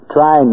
Try